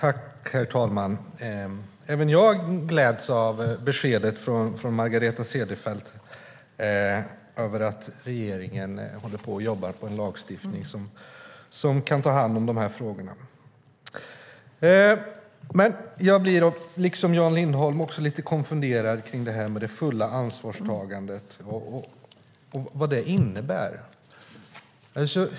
Herr talman! Även jag gläds av beskedet från Margareta Cederfelt om att regeringen jobbar på en lagstiftning som kan ta hand om de här frågorna. Men jag blir liksom Jan Lindholm lite konfunderad när det gäller det här med det fulla ansvarstagandet och vad det innebär.